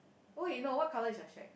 !oi! no what colour is your shack